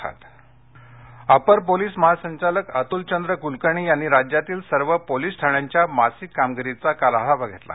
police कामगिरी अप्पर police महासंचालक अतूल चंद्र क्लकर्णी यांनी राज्यातील सर्व पोलीस ठाण्यांच्या मासिक कामगिरीचा आढावा घेतला